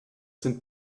sind